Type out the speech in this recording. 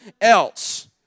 else